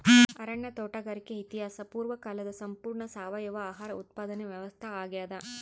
ಅರಣ್ಯ ತೋಟಗಾರಿಕೆ ಇತಿಹಾಸ ಪೂರ್ವಕಾಲದ ಸಂಪೂರ್ಣ ಸಾವಯವ ಆಹಾರ ಉತ್ಪಾದನೆ ವ್ಯವಸ್ಥಾ ಆಗ್ಯಾದ